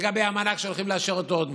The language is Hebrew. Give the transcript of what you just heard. על המענק שהולכים לאשר עוד מעט.